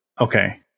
Okay